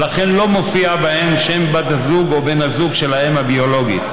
ולכן לא מופיע בהן שם בת הזוג או בן הזוג של האם הביולוגית,